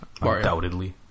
Undoubtedly